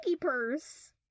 purse